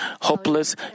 hopeless